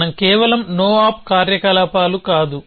మనం కేవలం no op కార్యకలాపాలు కాదు